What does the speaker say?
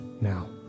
now